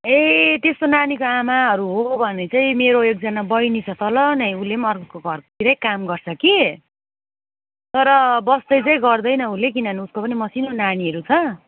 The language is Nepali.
ए त्यस्तो नानीको आमाहरू हो भने चाहिँ मेरो एकजना बहिनी छ तल नै उसले पनि अर्काको घरतिरै काम गर्छ कि तर बस्दै चाहिँ गर्दैन उसले किनभने उसको पनि मसिने नानीहरू छ